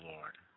Lord